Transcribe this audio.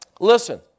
Listen